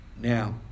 Now